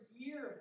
year